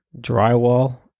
drywall